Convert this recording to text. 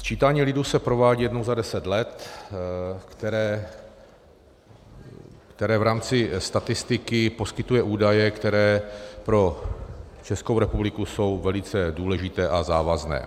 Sčítání lidu se provádí jednou za deset let, které v rámci statistiky poskytuje údaje, které pro Českou republiku jsou velice důležité a závazné.